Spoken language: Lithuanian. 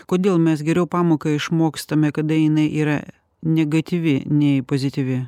kodėl mes geriau pamoką išmokstame kada jinai yra negatyvi nei pozityvi